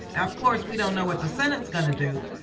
now of course we don't know what the senate is going to do,